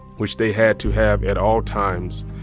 which they had to have at all times,